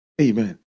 Amen